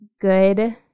good